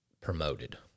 promoted